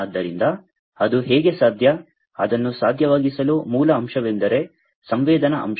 ಆದ್ದರಿಂದ ಅದು ಹೇಗೆ ಸಾಧ್ಯ ಅದನ್ನು ಸಾಧ್ಯವಾಗಿಸಲು ಮೂಲ ಅಂಶವೆಂದರೆ ಸಂವೇದನಾ ಅಂಶ